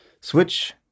switch